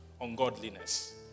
ungodliness